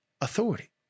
authority